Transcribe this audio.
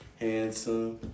handsome